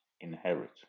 inherit